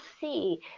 see